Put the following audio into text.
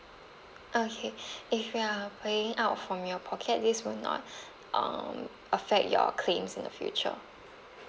okay if you are paying out from your pocket this will not um affect your claims in the future